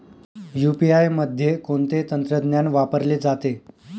UPI मध्ये कोणते तंत्रज्ञान वापरले जाते?